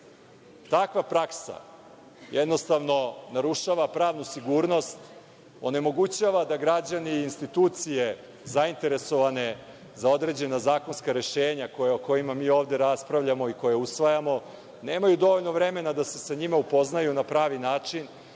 Takva praksa jednostavno narušava pravnu sigurnost, onemogućava da građani i institucije zainteresovane za određena zakonska rešenja o kojima ovde raspravljamo i koja usvajamo, nemaju dovoljno vremena da se sa njima upoznaju na pravi način,